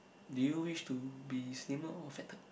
do you wish to be slimmer or fatter